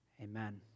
Amen